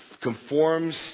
conforms